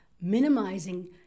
minimizing